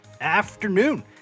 afternoon